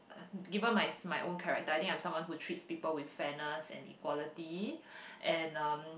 uh given my my own character I think I'm someone who treats people with fairness and equality and um